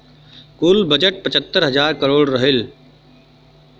कुल बजट पचहत्तर हज़ार करोड़ रहल